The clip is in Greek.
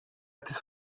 τις